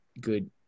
good